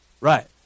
Right